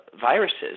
viruses